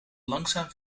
langzaam